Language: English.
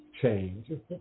change